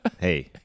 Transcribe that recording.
Hey